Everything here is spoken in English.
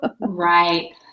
Right